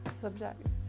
Subjects